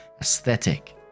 aesthetic